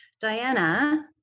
Diana